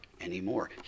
anymore